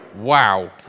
wow